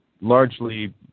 largely